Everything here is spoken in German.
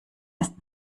ist